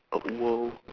oh !wow!